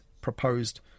proposed